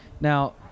now